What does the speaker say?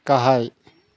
गाहाय